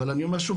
אבל אני אומר שוב,